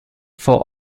for